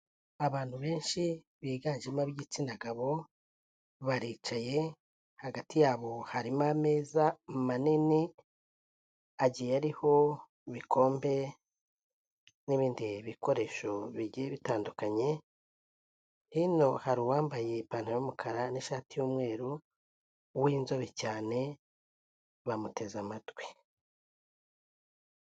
Abantu benshi biganjemo ab'igitsina gabo, baricaye hagati yabo harimo ameza manini agiye ariho ibikombe n'ibindi bikoresho bigiye bitandukanye, hino hari uwambaye ipantaro y'umukara n'ishati y'umweru, w'inzobe cyane bamuteze amatwi.